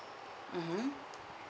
mmhmm